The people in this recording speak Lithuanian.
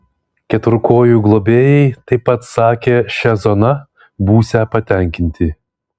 keturkojų globėjai taip pat sakė šia zona būsią patenkinti